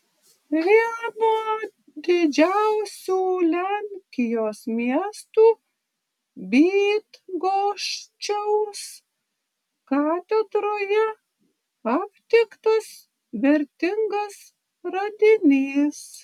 vieno didžiausių lenkijos miestų bydgoščiaus katedroje aptiktas vertingas radinys